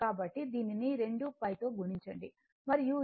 కాబట్టి దీనిని 2 pi తో గణించండి మరియు ఇది L 39